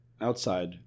outside